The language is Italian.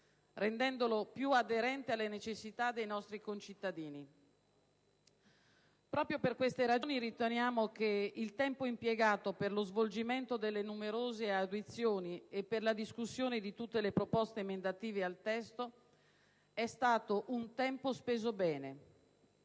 rendendolo più aderente alle necessità dei nostri concittadini. Proprio per queste ragioni riteniamo che il tempo impiegato per lo svolgimento delle numerose audizioni e per la discussione di tutte le proposte emendative al testo sia stato un tempo speso bene.